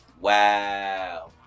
Wow